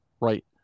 right